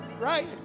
right